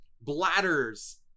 bladders